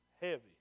Heavy